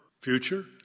future